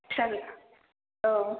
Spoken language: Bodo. फिसाजो औ